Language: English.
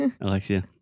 Alexia